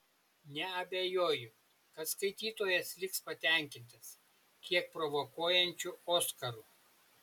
neabejoju kad skaitytojas liks patenkintas kiek provokuojančiu oskaru